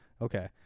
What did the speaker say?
Okay